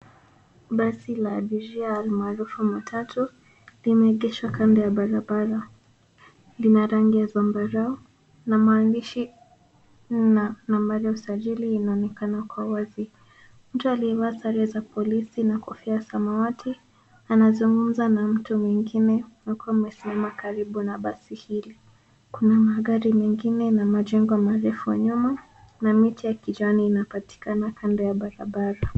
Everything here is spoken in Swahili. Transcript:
Basi la abiria almaarufu kama matatu limeegeshwa kando ya barabara. Lina rangi ya zambarau na maandishi na nambari ya usajili inaonekana kwa wazi. Mtu aliyevaa sare za polisi na kofia ya samawati anazungumza na mtu mwengine wakiwa wamesimama karibu na basi hili. Kuna magari mengine na majengo marefu nyuma na miti ya kijani inapatikana kando ya barabara.